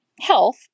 health